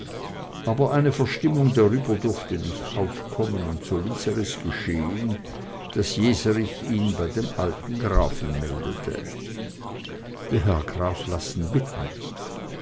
aber eine verstimmung darüber durfte nicht aufkommen und so ließ er es geschehen daß jeserich ihn bei dem alten grafen meldete der herr graf lassen bitten